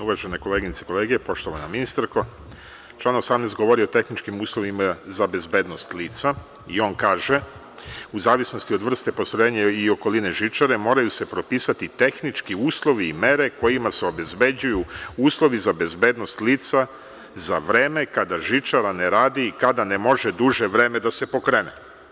Uvaženi koleginice i kolege, poštovana ministarko, član 18. govori o tehničkim uslovima za bezbednost lica i on kaže – u zavisnosti od vrste postrojenja i okoline žičare moraju se propisati tehnički uslovi i mere kojima se obezbeđuju uslovi za bezbednost lica za vreme kada žičara ne radi i kada ne može duže vreme da se pokrene.